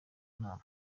nama